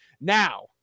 Now